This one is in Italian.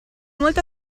molto